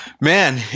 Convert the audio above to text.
Man